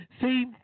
See